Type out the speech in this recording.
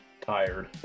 tired